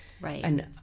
Right